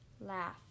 laugh